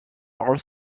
are